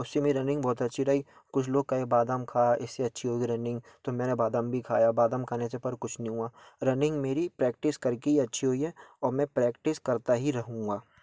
उससे मेरी रनिंग बहुत अच्छी रही कुछ लोग कहें बादाम खा इससे अच्छी होगी रनिंग तो मैने बदाम भी खाया बादाम खाने से पर कुछ नहीं हुआ रनिंग मेरी प्रेक्टिस करके ही अच्छी हुई है और मैं प्रैक्टिस करता ही रहूंगा